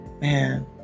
man